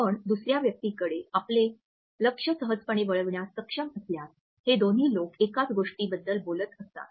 आपण दुसऱ्या व्यक्तीकडे आपले लक्ष सहजपणे वळविण्यास सक्षम असल्यास हे दोन्ही लोक एकाच गोष्टीबद्दल बोलत असतात